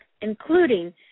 including